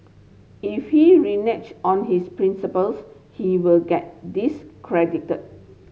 if he renege on his principles he will get discredited